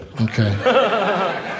Okay